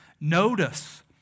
Notice